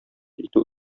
итү